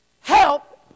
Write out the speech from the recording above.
Help